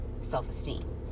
self-esteem